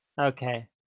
Okay